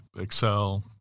excel